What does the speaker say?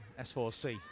S4C